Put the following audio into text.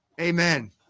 Amen